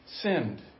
sinned